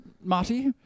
Marty